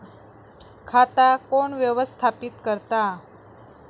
खाता कोण व्यवस्थापित करता?